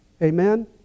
Amen